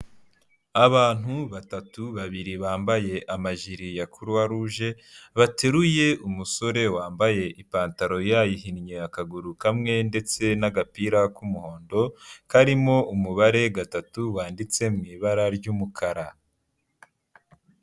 Abantu batatu, babiri bambaye amajiri ya kuruwa ruje, bateruye umusore wambaye ipantaro yayihinnye akaguru kamwe ndetse n'agapira k'umuhondo karimo umubare gatatu wanditse mu ibara ry'umukara.